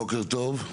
בוקר טוב.